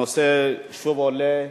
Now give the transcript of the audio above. הנושא שוב עולה.